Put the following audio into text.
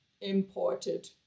imported